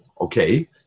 Okay